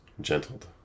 Gentled